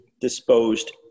disposed